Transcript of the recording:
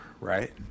right